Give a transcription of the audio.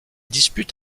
dispute